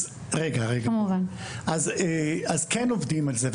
כן עובדים על זה.